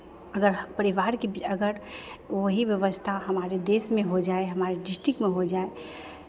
अगर परिवार की भी अगर वही व्यवस्था हमारे देश में हो जाये हमारे डिस्ट्रिक में हो जाये